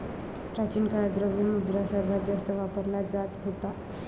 प्राचीन काळात, द्रव्य मुद्रा सर्वात जास्त वापरला जात होता